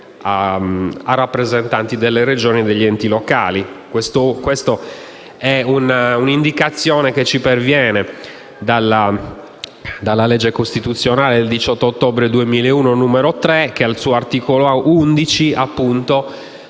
a rappresentanti delle Regioni e degli enti locali. È un'indicazione che ci perviene dalla legge costituzionale n. 3 del 18 ottobre 2001, che, al suo articolo 11,